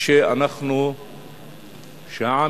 שהעם